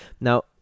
Now